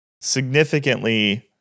significantly